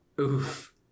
Oof